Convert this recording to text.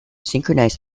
synchronize